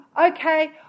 Okay